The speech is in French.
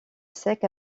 sec